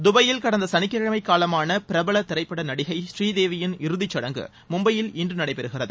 தபாயில் கடந்த சனிக்கிழமை காலமான பிரபல திரைப்பட நடிகை ஸ்ரீதேவியின் இறுதிச் சடங்கு மும்பையில் இன்று நடைபெறுகிறது